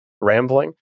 rambling